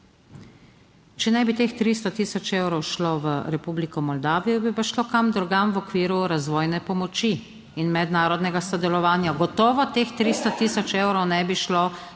če ne bi teh 300 tisoč evrov šlo v Republiko Moldavijo, bi pa šlo kam drugam v okviru razvojne pomoči in mednarodnega sodelovanja. Gotovo teh 300 tisoč evrov ne bi šlo